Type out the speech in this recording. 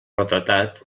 retratat